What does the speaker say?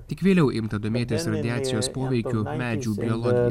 tik vėliau imta domėtis radiacijos poveikiu medžių biologijai